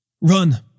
Run